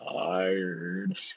tired